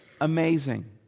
amazing